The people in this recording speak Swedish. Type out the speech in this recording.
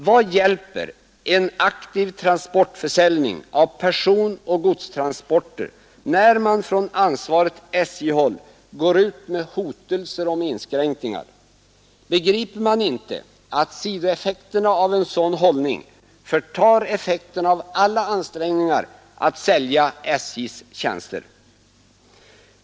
Vad hjälper en aktiv försäljning av personoch godstransporter när man från ansvarigt SJ-håll går ut med hotelser om inskränkningar? Begriper man inte att sidoeffekterna av en sådan hållning förtar effekterna av alla ansträngningar att sälja SJ:s tjänster?